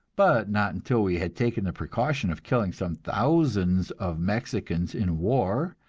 but not until we had taken the precaution of killing some thousands of mexicans in war,